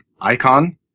Icon